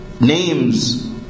names